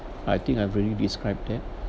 I think I've already described that